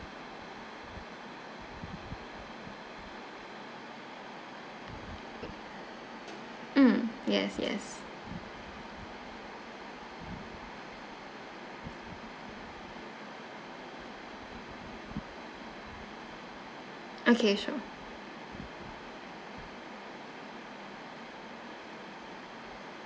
mm yes yes okay sure